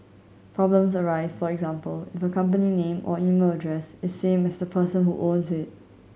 problems arise for example if a company name or email address is same as the person who owns it